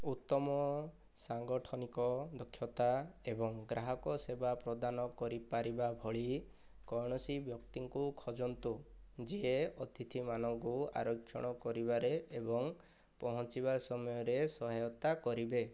ଉତ୍ତମ ସାଂଗଠନିକ ଦକ୍ଷତା ଏବଂ ଗ୍ରାହକ ସେବା ପ୍ରଦାନ କରିପାରିବା ଭଳି କୌଣସି ବ୍ୟକ୍ତିଙ୍କୁ ଖୋଜନ୍ତୁ ଯିଏ ଅତିଥିମାନଙ୍କୁ ଆରକ୍ଷଣ କରିବାରେ ଏବଂ ପହଞ୍ଚିବା ସମୟରେ ସହାୟତା କରିବେ